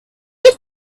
had